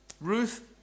Ruth